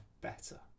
better